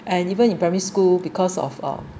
and even in primary school because of uh